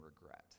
regret